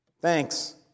Thanks